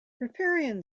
riparian